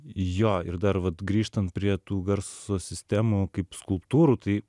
jo ir dar vat grįžtant prie tų garso sistemų kaip skulptūrų tai